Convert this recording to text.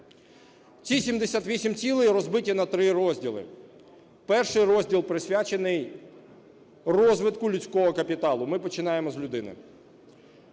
Ці 78 цілей розбиті на три розділи. Перший розділ присвячений розвитку людського капіталу, ми починаємо з людини.